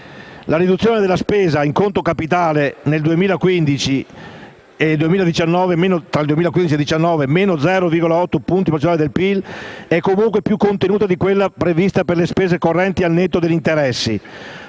La riduzione della spesa in conto capitale fra il 2015 e il 2019 è pari a -0,8 punti percentuali del PIL ed è comunque più contenuta di quella prevista per le spese correnti al netto degli interessi;